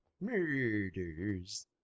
Murders